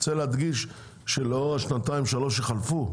אני רוצה להדגיש שלאור השנתיים-שלוש שחלפו,